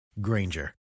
Granger